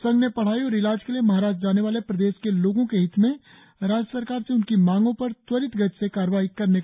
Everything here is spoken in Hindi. संघ ने पढ़ाई और इलाज के लिए महाराष्ट्र जाने वाले प्रदेश के लोगो के हित में राज्य सरकार से उनकी मांगो पर त्वरित गति से कार्रवाई करने का अनुरोध किया है